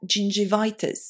gingivitis